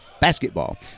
basketball